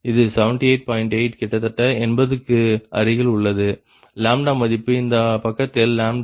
8 கிட்டத்தட்ட 80 க்கு அருகில் உள்ளது மதிப்பு இந்த பக்கத்தில் ஆகும்